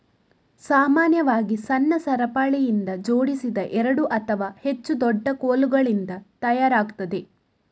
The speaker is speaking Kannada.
ಸಾಮಾನ್ಯವಾಗಿ ಸಣ್ಣ ಸರಪಳಿಯಿಂದ ಜೋಡಿಸಿದ ಎರಡು ಅಥವಾ ಹೆಚ್ಚು ದೊಡ್ಡ ಕೋಲುಗಳಿಂದ ತಯಾರಾಗ್ತದೆ